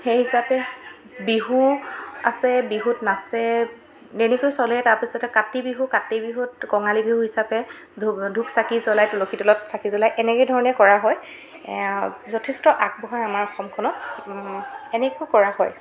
সেই হিচাপে বিহু আছে বিহুত নাচে এনেকৈ চলে তাৰপিছতে কাতি বিহু কাতি বিহুত কঙালী বিহু হিচাপে ধূপ ধূপ চাকি জ্ৱলায় তুলসী তলত চাকি জ্ৱলাই এনেকৈ ধৰণে কৰা হয় যথেষ্ট আগবঢ়া আমাৰ অসমখনত এনেকৈ কৰা হয়